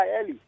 early